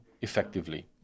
effectively